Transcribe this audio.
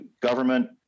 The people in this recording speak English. government